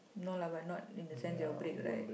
no lah but not in the sense it'll break right